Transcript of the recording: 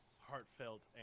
heartfelt